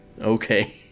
Okay